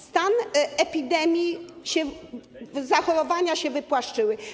Stan epidemii... zachorowania się wypłaszczyły.